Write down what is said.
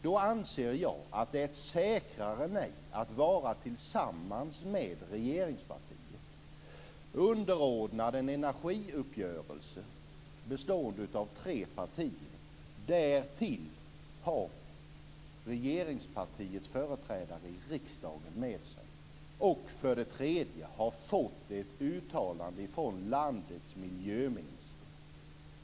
Då anser jag att det är ett säkrare nej att vara tillsammans med regeringspartiet, underordnad en energiuppgörelse bestående av tre partier, och därtill ha regeringspartiets företrädare i riksdagen med sig och dessutom ha fått ett uttalande från landets miljöminister.